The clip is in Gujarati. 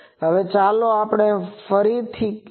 હવે ચાલો આપણે ફરીથી અહીં આવીએ